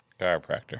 chiropractor